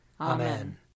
Amen